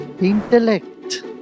intellect